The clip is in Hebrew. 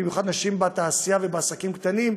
במיוחד נשים בתעשייה ובעסקים קטנים,